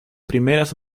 primeras